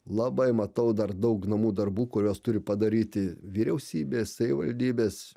labai matau dar daug namų darbų kuriuos turi padaryti vyriausybė savivaldybės